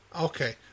Okay